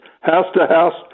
house-to-house